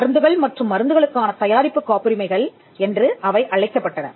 மருந்துகள் மற்றும் மருந்துகளுக்கான தயாரிப்பு காப்புரிமைகள் என்று அவை அழைக்கப்பட்டன